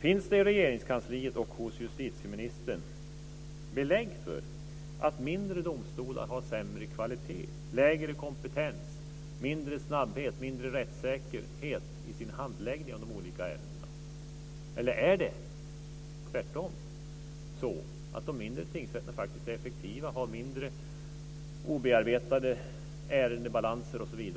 Finns det i Regeringskansliet och hos justitieministern belägg för att mindre domstolar har sämre kvalitet, lägre kompetens, mindre snabbhet och mindre rättssäkerhet i sin handläggning av de olika ärendena? Eller är det tvärtom så att de mindre tingsrätterna faktiskt är effektiva, har lägre obearbetade ärendebalanser osv.?